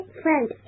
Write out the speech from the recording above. friend